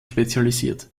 spezialisiert